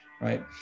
right